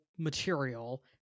material